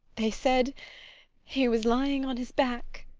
they said he was lying on his back.